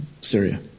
Syria